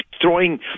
throwing